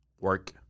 work